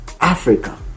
Africa